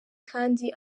kandi